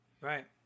Right